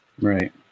Right